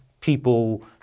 people